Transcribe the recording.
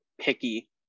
picky